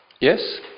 Yes